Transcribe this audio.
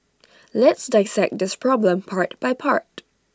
let's dissect this problem part by part